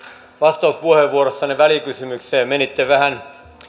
vastauspuheenvuorossanne välikysymykseen menitte vähän